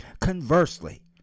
Conversely